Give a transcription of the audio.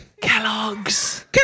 Kellogg's